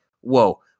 whoa